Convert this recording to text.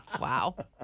Wow